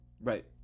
Right